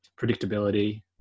predictability